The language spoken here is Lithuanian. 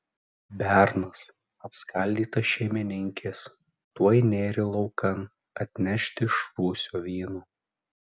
bernas apskaldytas šeimininkės tuoj nėrė laukan atnešti iš rūsio vyno